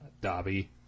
Dobby